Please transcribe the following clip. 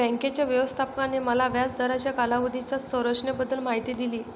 बँकेच्या व्यवस्थापकाने मला व्याज दराच्या कालावधीच्या संरचनेबद्दल माहिती दिली